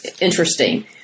interesting